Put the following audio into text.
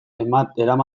eramaten